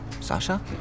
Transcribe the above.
Sasha